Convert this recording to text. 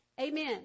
Amen